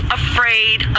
afraid